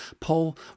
Paul